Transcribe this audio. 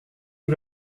que